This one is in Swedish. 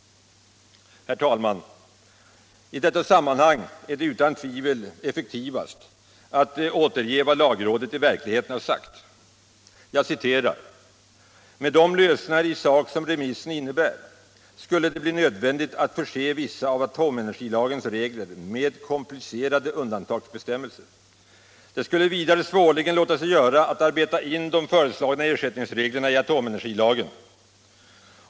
Herr talman! I detta sammanhang är det utan tvivel effektivast att återge vad lagrådet i verkligheten har sagt: ”Med de lösningar i sak som remissen innebär skulle det bli nödvändigt att förse vissa av atomenergilagens regler med komplicerade undantagsbestämmelser. Det skulle vidare svårligen låta sig göras att arbeta in de föreslagna ersättningsreglerna i atomenergilagen.